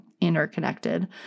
interconnected